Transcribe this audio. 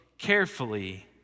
carefully